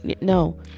No